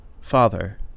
Father